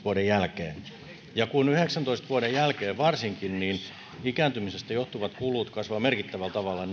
vuoden yhdeksäntoista jälkeen vuoden yhdeksäntoista jälkeen varsinkin ikääntymisestä johtuvat kulut kasvavat merkittävällä tavalla